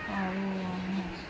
ଆଉ